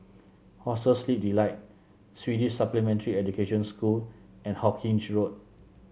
Hostel Sleep Delight Swedish Supplementary Education School and Hawkinge Road